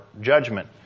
judgment